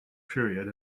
period